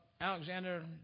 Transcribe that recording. Alexander